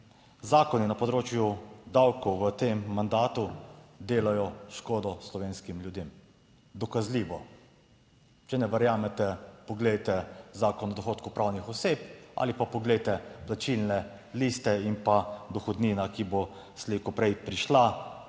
Zakoni na področju davkov v tem mandatu delajo škodo slovenskim ljudem, dokazljivo. Če ne verjamete, poglejte Zakon o dohodku pravnih oseb ali pa poglejte plačilne liste in pa dohodnina, ki bo slej ko prej prišla.